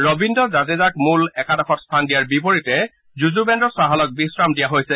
ৰবীন্দ্ৰ জাদেজাক মূল একাদশত স্থান দিয়াৰ বিপৰীতে যুযুবেন্দ্ৰ চাহালক বিশ্ৰাম দিয়া হৈছে